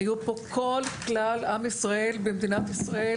היו פה כל כלל עם ישראל במדינת ישראל.